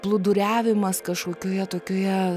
plūduriavimas kažkokioje tokioje